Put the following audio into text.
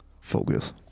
Focus